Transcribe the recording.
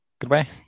Goodbye